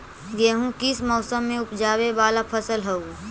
गेहूं किस मौसम में ऊपजावे वाला फसल हउ?